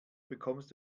bekommst